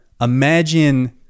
Imagine